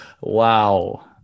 wow